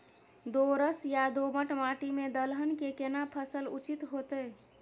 दोरस या दोमट माटी में दलहन के केना फसल उचित होतै?